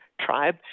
tribe